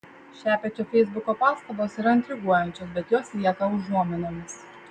šepečio feisbuko pastabos yra intriguojančios bet jos lieka užuominomis